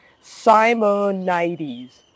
Simonides